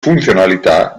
funzionalità